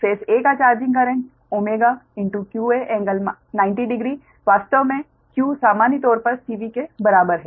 face a का charging current qa∟900 degree वास्तव में q सामान्य तौर पर CV के बराबर है